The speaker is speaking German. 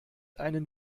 einen